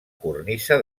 cornisa